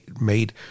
made